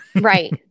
Right